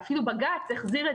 ואפילו בג"ץ החזיר את